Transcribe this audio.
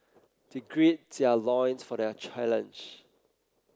they grid their loins for their challenge